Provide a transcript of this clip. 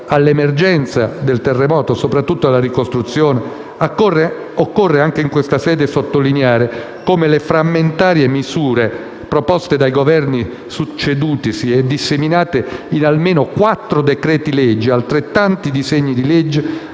all'emergenza del terremoto e, soprattutto, della ricostruzione, occorre anche in questa sede sottolineare come le frammentarie misure proposte dai due Governi succedutisi e disseminate in almeno quattro decreti-legge e in altrettanti disegni di legge,